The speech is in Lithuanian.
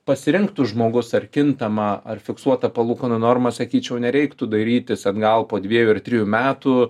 pasirinktų žmogus ar kintamą ar fiksuotą palūkanų normą sakyčiau nereiktų dairytis atgal po dviejų ar trijų metų